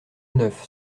neuf